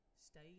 stay